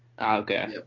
Okay